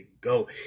go